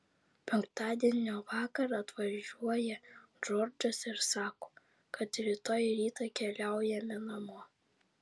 penktadienio vakarą atvažiuoja džordžas ir sako kad rytoj rytą keliaujame namo